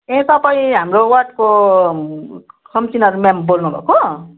ए तपाईँ हाम्रो वार्डको काउन्सिलर मेम बोल्नु भएको